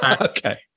Okay